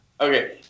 Okay